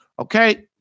Okay